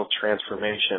transformation